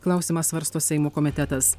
klausimą svarsto seimo komitetas